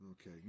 okay